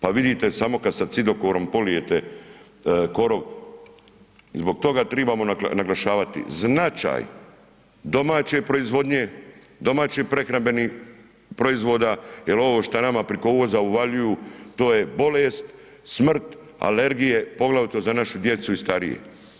Pa vidite samo kada cidokorom polijete korov i zbog toga trebamo naglašavati značaj domaće proizvodnje, domaćih prehrambenih proizvoda jel ovo šta nama preko uvoza uvaljuju to je bolest, smrt, alergije, poglavito za našu djecu i starije.